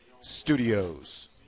studios